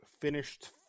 finished